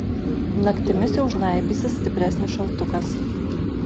naktimis jau žnaibysis stipresnis šaltukas